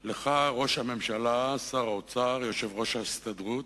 "לך, ראש הממשלה, שר האוצר, יושב-ראש ההסתדרות,